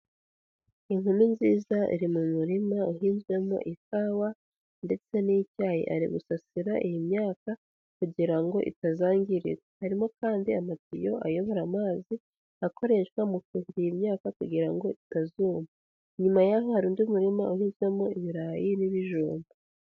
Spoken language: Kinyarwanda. Inkumi nziza iri mu murima uhinzwemo ikawa ndetse n'icyayi ari gusasira iyi myaka kugira ngo itazangirika, harimo kandi amatiyo ayobora amazi akoreshwa mu kuhira iyi myaka kugira ngo itazuma. Inyuma y'aho hari undi murima uhinzemo ibirayi n'ibijumba.